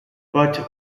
but